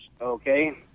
okay